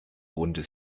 runde